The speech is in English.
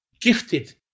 gifted